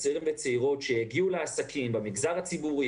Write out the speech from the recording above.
צעירים וצעירות שיגיעו לעסקים במגזר הציבורי,